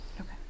Okay